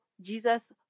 Jesus